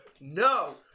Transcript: no